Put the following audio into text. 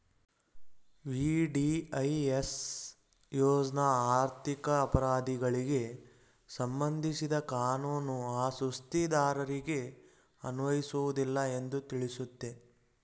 VDIS ಯೋಜ್ನ ಆರ್ಥಿಕ ಅಪರಾಧಿಗಳಿಗೆ ಸಂಬಂಧಿಸಿದ ಕಾನೂನು ಆ ಸುಸ್ತಿದಾರರಿಗೆ ಅನ್ವಯಿಸುವುದಿಲ್ಲ ಎಂದು ತಿಳಿಸುತ್ತೆ